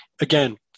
Again